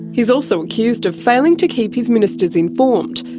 he is also accused of failing to keep his ministers informed.